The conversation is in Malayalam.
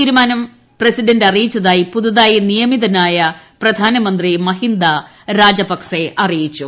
തീരുമാനം പ്രസിഡന്റ് അറിയിച്ചതായി പുതുതായി നിയമിതനായ പ്രധാനമന്ത്രി മഹീന്ദ രാജപക്സെ അറിയിച്ചു